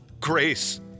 Grace